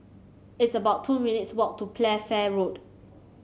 it's about two minutes' walk to Playfair Road